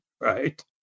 Right